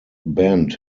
bend